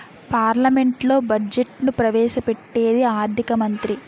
పార్లమెంట్లో బడ్జెట్ను ప్రవేశ పెట్టేది ఆర్థిక మంత్రి